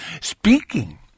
Speaking